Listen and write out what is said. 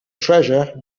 treasure